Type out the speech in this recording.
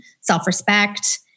self-respect